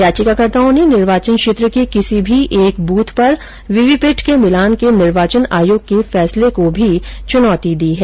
याचिकाकर्ताओं ने निवार्चन क्षेत्र के किसी भी एक बुथ पर वीवीपैट के मिलान के निर्वाचन आयोग के फैसले को भी चुनौती दी है